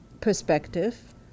perspective